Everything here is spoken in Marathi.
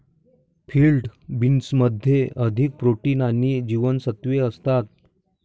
फील्ड बीन्समध्ये अधिक प्रोटीन आणि जीवनसत्त्वे असतात